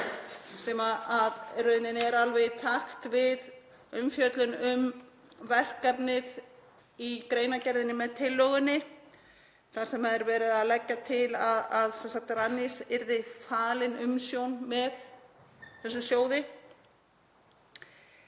sem er í rauninni alveg í takt við umfjöllun um verkefnið í greinargerðinni með tillögunni þar sem er verið að leggja til að Rannís yrði falin umsjón með þessum sjóði.